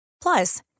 Plus